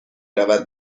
رود